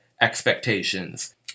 expectations